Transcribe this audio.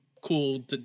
cool